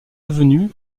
devenu